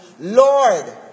Lord